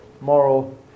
moral